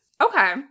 Okay